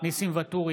ניסים ואטורי,